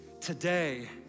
today